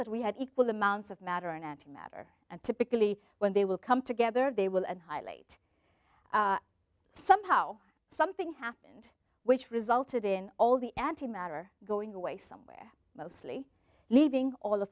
that we had equal amounts of matter and anti matter and typically when they will come together they will and highlight somehow something happened which resulted in all the anti matter going away somewhere mostly leaving all